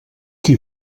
qui